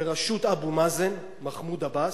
בראשות אבו מאזן, מחמוד עבאס,